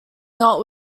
not